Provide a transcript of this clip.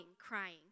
crying